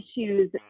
issues